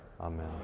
Amen